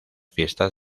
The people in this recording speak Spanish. fiestas